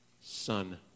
Son